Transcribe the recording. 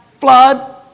flood